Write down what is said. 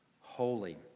holy